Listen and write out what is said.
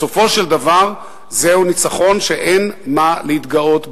בסופו של דבר זהו ניצחון שאין מה להתגאות בו.